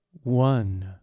One